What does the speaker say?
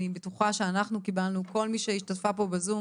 אני בטוחה שאנחנו קיבלנו כל מי שהשתתפה פה וגם בזום